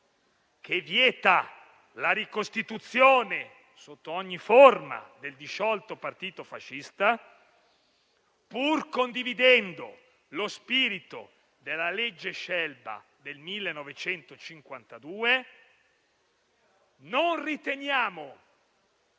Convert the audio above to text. che vieta la ricostituzione, sotto ogni forma, del disciolto partito fascista, pur condividendo lo spirito della legge Scelba del 1952, non riteniamo